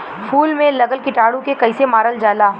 फूल में लगल कीटाणु के कैसे मारल जाला?